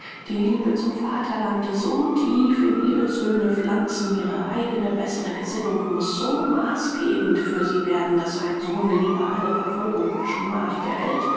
die liebe zum vaterlande so tief in ihre söhne pflanzen ihre eigne bessere gesinnung muß so maßgebend für sie werden daß ein sohn lieber alle verfolgung und schmach der welt